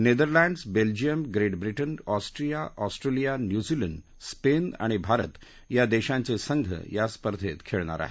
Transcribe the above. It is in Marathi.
Netherlands Belgium Great Britain Austria Australia New Zealand Spain आणि भारत या देशांचे संघ या स्पर्धेत खेळणार आहेत